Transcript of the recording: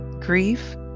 Grief